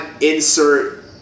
insert